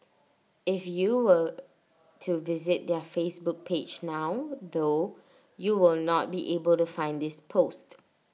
if you were to visit their Facebook page now though you will not be able to find this post